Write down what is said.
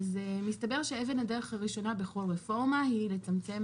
מסתבר שאבן הדרך הראשונה בכל רפורמה היא לצמצם